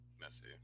messy